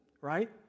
right